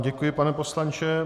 Děkuji vám, pane poslanče.